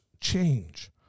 change